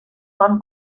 bon